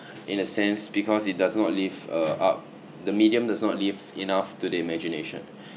in a sense because it does not live uh up the medium does not leave enough to the imagination